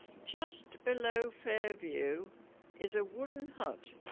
just below fairview is a wooden hut.